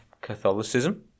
Catholicism